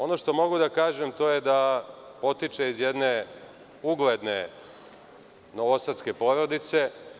Ono što mogu da kažem to je da potiče iz jedne ugledne novosadske porodice.